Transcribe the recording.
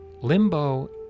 Limbo